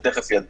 אני תיכף אעדכן.